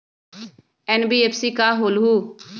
NBFC का होलहु?